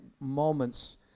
moments